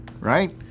right